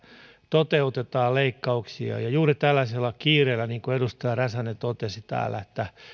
toteutetaan leikkauksia ja juuri tällaisella kiireellä niin kuin edustaja räsänen totesi täällä että